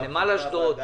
נמל אשדוד,